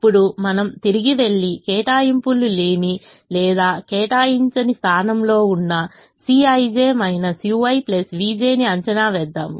ఇప్పుడు మనము తిరిగి వెళ్లి కేటాయింపులు లేని లేదా కేటాయించని స్థానంలో ఉన్న Cij ui vj ని అంచనా వేద్దాము